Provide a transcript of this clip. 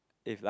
if like